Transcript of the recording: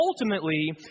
ultimately